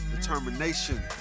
determination